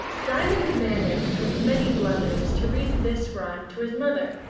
diamond managed with many blunders to read this rhyme to his mother.